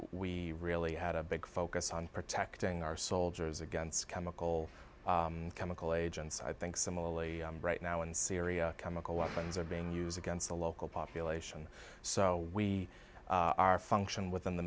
we really had a big focus on protecting our soldiers against chemical chemical agents i think similarly right now in syria chemical weapons are being used against the local population so we are function within the